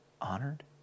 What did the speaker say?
honored